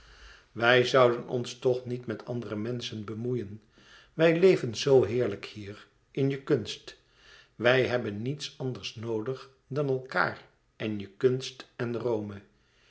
wij zouden ons toch niet met andere menschen bemoeien wij leven zoo heerlijk hier in je kunst wij hebben niets anders noodig dan elkaâr en je kunst en rome